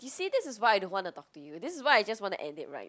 you see this is why I don't want to talk to you this is why I just wanna end it [right]